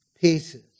Pieces